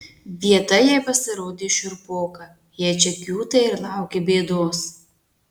vieta jai pasirodė šiurpoka jei čia kiūtai ir lauki bėdos